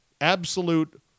absolute